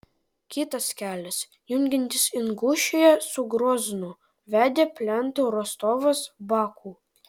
kitas kelias jungiantis ingušiją su groznu vedė plentu rostovas baku